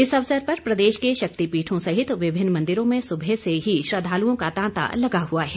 इस अवसर पर प्रदेश के शक्तिपीठों सहित विभिन्न मंदिरों में सुबह से ही श्रद्दालुओं का तांता लगा हुआ है